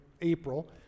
April